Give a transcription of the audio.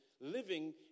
living